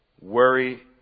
worry